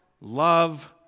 love